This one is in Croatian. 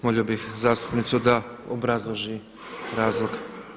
Molim zastupnicu da obrazloži razlog.